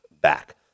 back